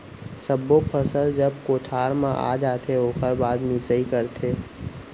सब्बो फसल जब कोठार म आ जाथे ओकर बाद मिंसाई करथे